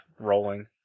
rolling